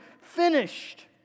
finished